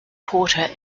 porter